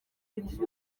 agera